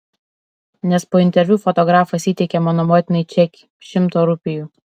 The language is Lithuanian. nes po interviu fotografas įteikė mano motinai čekį šimto rupijų